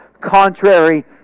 contrary